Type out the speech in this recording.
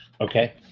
Okay